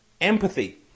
empathy